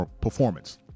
performance